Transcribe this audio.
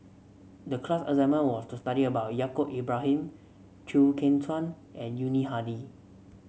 the class assignment was to study about Yaacob Ibrahim Chew Kheng Chuan and Yuni Hadi